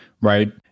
right